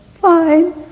fine